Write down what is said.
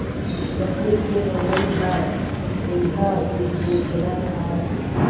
लकड़ी के बउरइ ह तइहा जुग ले चलत आवत हे